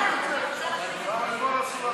ההצעה